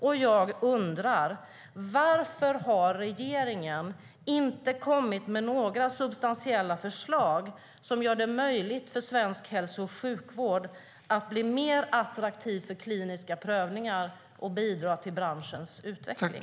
Och jag undrar: Varför har regeringen inte kommit med några substantiella förslag som gör det möjligt för svensk hälso och sjukvård att bli mer attraktiv för kliniska prövningar och därigenom bidra till branschens utveckling?